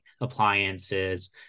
appliances